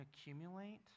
accumulate